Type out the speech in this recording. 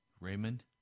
Raymond